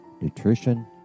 nutrition